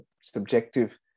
subjective